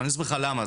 ואני אסביר לך למה.